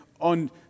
on